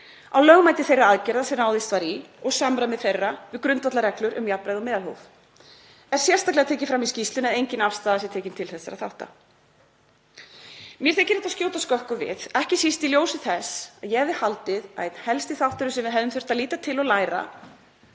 á lögmæti þeirra aðgerða sem ráðist var í og samræmi þeirra við grundvallarreglur um jafnræði og meðalhóf. Er sérstaklega tekið fram í skýrslunni að engin afstaða sé tekin til þessara þátta. Mér þykir þetta skjóta skökku við, ekki síst í ljósi þess að ég hefði haldið að einn helsti þátturinn sem við hefðum þurft að líta til og læra